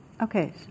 Okay